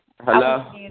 Hello